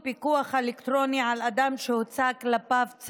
אתם לא נורמלים.